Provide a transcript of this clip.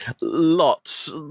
lots